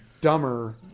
dumber